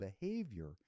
behavior